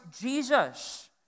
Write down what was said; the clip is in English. Jesus